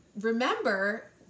remember